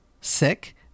Sick